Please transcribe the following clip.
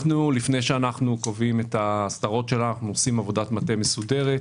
לפני שאנחנו קובעים את ההסדרות שלנו אנחנו עושים עבודת מטה מסודרת.